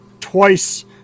twice